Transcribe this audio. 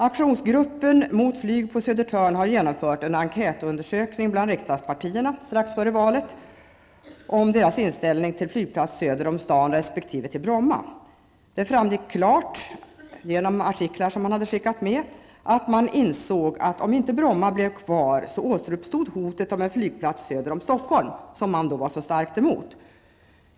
Aktionsgruppen mot flyg på Södertörn har genomfört en enkätundersökning bland riksdagspartierna strax före valet om deras inställning till en flygplats söder om staden resp. till Bromma. Det framgick klart genom tidningsartiklar som man hade skickat med att man insåg att om inte Bromma blev kvar så återuppstod hotet om en flygplats söder om Stockholm, vilket man var så starkt emot.